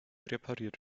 repariert